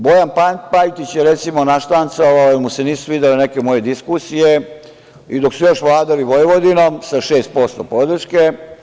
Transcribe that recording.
Bojan Pajtić je, recimo, naštancovao, jer mu se nisu svidele neke moje diskusije i dok su još vladali Vojvodinom sa 6% podrške…